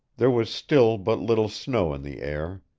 there was still but little snow in the air.